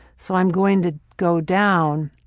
so i'm going to go down,